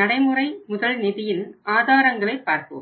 நடைமுறை முதல் நிதியின் ஆதாரங்களை பார்ப்போம்